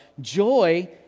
Joy